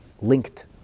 linked